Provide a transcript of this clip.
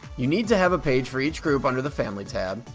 you need to have a page for each group under the family tab.